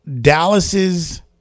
Dallas's